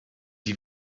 die